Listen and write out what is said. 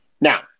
Now